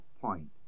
point